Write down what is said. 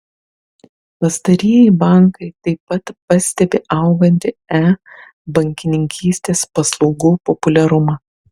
pastarieji bankai taip pat pastebi augantį e bankininkystės paslaugų populiarumą